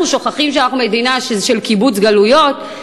אנחנו שוכחים שאנחנו מדינה של קיבוץ גלויות?